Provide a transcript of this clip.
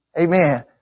Amen